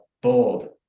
bold